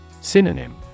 Synonym